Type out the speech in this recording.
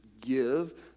give